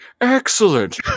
Excellent